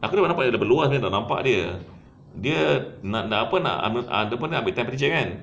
aku nampak daripada luar tadi nampak dia dia nak nak nak apa nak dia pun nak ambil temperature kan